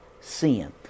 sin